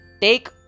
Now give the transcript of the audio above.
take